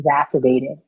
exacerbated